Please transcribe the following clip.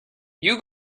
you